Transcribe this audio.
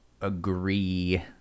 agree